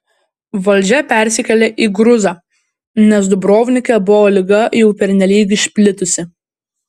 valdžia persikėlė į gruzą nes dubrovnike buvo liga jau pernelyg išplitusi